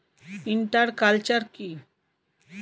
Inter culture কি?